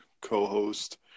co-host